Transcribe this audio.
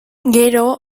gero